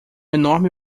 enorme